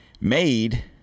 made